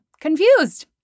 confused